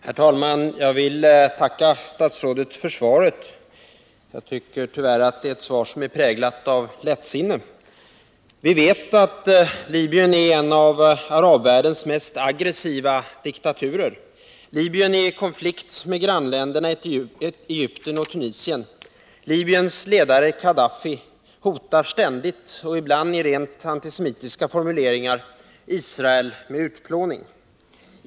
Herr talman! Jag vill tacka statsrådet för svaret. Det är tyvärr ett svar präglat av lättsinne. Vi vet att Libyen är en av arabvärldens mest aggressiva diktaturer. Libyen är i konflikt med grannländerna Egypten och Tunisien. Libyens ledare Kadafi hotar ständigt — ibland i rent antisemitiska formuleringar — Israel med utplåning.